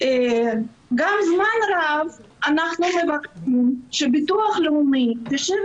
זמן רב אנחנו מבקשים שביטוח לאומי ישב